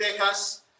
Texas